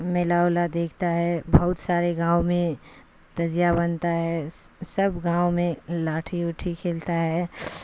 میلا اولا دیکھتا ہے بہت سارے گاؤں میں تعزیہ بنتا ہے سب گاؤں میں لاٹھی اٹھی کھیلتا ہے